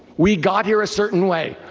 we got here a certain way.